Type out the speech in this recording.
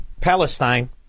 Palestine